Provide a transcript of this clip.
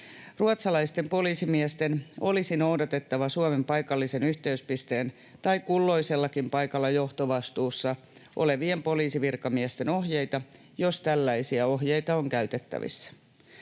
Ruotsalaisten poliisimiesten olisi noudatettava Suomen paikallisen yhteyspisteen tai kulloisellakin paikalla johtovastuussa olevien poliisivirkamiesten ohjeita, jos tällaisia ohjeita on käytettävissä.